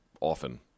often